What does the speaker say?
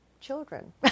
children